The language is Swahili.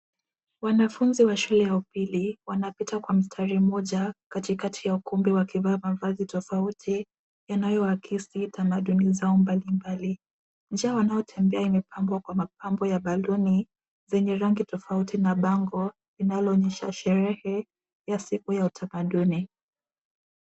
Wanafunzi wa shule ya upili, wanapita kwa mstari mmoja katikati ya ukumbi wakivaa mavazi tofauti yanayoakisi tamaduni zao mbalimbali. Njia wanayotembea imepambwa kwa mapambo ya baloni zenye rangi tofauti na bango linaloonyesha sherehe ya siku ya utamaduni.